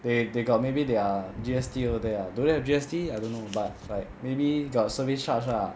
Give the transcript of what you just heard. they they got maybe their G_S_T over there do they have G_S_T I don't know but like maybe got service charge lah